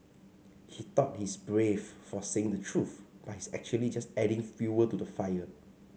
he thought he's brave for saying the truth but he's actually just adding fuel to the fire